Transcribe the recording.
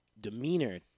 demeanor